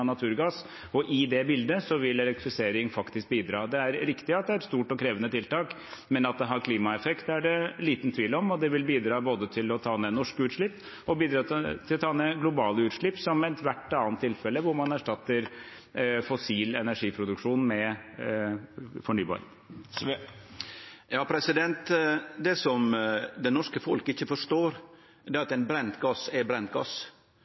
naturgass, og i det bildet vil elektrifisering faktisk bidra. Det er riktig at det er et stort og krevende tiltak, men at det har klimaeffekt, er det liten tvil om. Det vil bidra både til å ta ned norske utslipp og til å ta ned globale utslipp, som i ethvert annet tilfelle hvor man erstatter fossil energiproduksjon med fornybar. Frank Edvard Sve – til oppfølgingsspørsmål. Det som det norske folk ikkje forstår, er at brent gass er